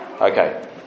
Okay